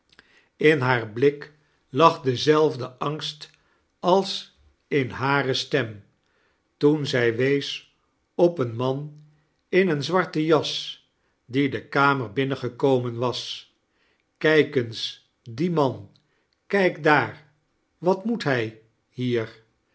in haar blik lag dezelfde angst als in hare stem toen zij wees op een man in eene zwarte jas die de kamer binnengekomen was kijk eens dien man kijk daar wat moet hij hier